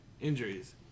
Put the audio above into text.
injuries